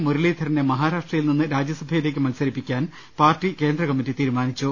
മുരളീധരനെ മഹാരാഷ്ട്രയിൽ നിന്ന് രാജ്യസഭയിലേക്ക് മത്സ രിപ്പിക്കാൻ പാർട്ടി കേന്ദ്ര കമ്മിറ്റി തീരുമാനിച്ചു